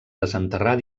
desenterrar